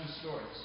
stories